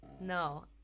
No